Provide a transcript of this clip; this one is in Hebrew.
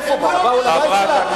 איפה באו, באו לבית שלך?